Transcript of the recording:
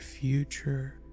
future